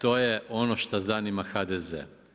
To je ono šta zanima HDZ.